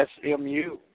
SMU